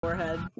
Forehead